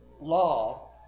law